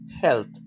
health